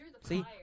See